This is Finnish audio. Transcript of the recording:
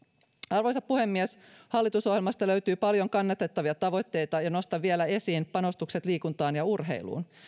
arvoisa puhemies hallitusohjelmasta löytyy paljon kannatettavia tavoitteita ja nostan vielä esiin panostukset liikuntaan ja urheiluun